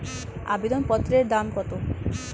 আবেদন পত্রের দাম কত?